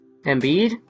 Embiid